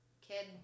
kid